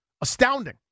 Astounding